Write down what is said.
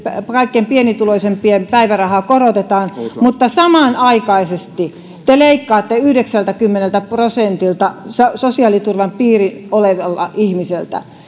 kaikkein pienituloisimpien päivärahaa korotetaan mutta samanaikaisesti te te leikkaatte yhdeksältäkymmeneltä prosentilta sosiaaliturvan piirissä olevalta ihmiseltä